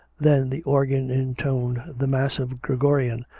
then the organ intoned the massive gregorian,